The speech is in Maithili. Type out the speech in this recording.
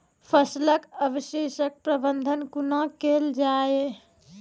फसलक अवशेषक प्रबंधन कूना केल जाये?